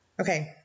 Okay